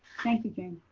thank you jane.